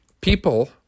People